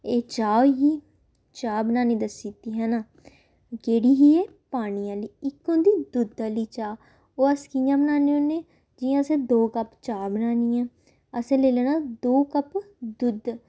एह् चाह् होई गेई चाह् बनानी दस्सी दित्ती है ना केह्ड़ी ही एह् पानी आह्ली इक होंदी दुद्ध आह्ली चाह् ओह् अस कि'यां बनान्ने होन्ने जि'यां असें दो कप्प चाह् बनानी ऐ असें लेई लैना दो कप्प दुद्ध